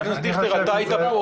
חבר הכנסת דיכטר, אתה היית פה.